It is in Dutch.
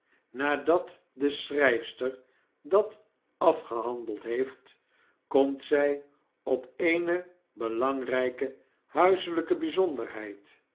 nadat de schryfster dat afgehandeld heeft komt zij op eene belangrijke huiselijke